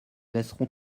laisserons